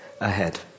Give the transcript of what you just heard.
ahead